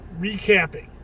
recapping